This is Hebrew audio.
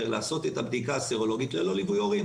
לעשות את הבדיקה הסרולוגית ללא ליווי הורים.